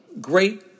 great